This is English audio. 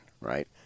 right